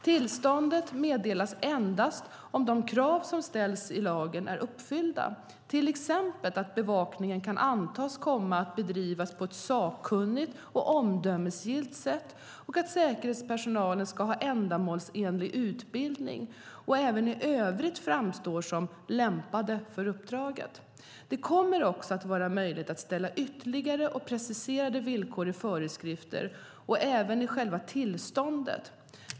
Tillståndet meddelas endast om de krav som ställs i lagen är uppfyllda, till exempel att bevakningen kan antas komma att bedrivas på ett sakkunnigt och omdömesgillt sätt och att säkerhetspersonalen ska ha ändamålsenlig utbildning och även i övrigt framstår som lämpade för uppdraget. Det kommer också att vara möjligt att ställa ytterligare och preciserade villkor i föreskrifter och även i själva tillståndet.